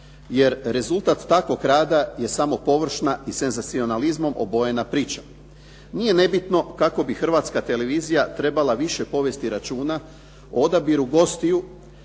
jer rezultat takvog rada je samo površna i senzacionalizmom obojena priča. Nije nebitno kako bi Hrvatska televizija trebala više povesti računa o odabiru gostiju